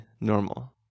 normal